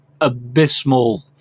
abysmal